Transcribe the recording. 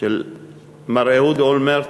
של מר אהוד אולמרט,